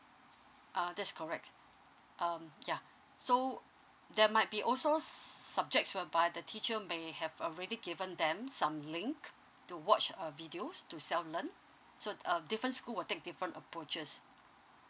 uh that's correct um yeah so there might be also subjects whereby the teacher may have already given them some link to watch uh videos to self learn so uh different school will take different approaches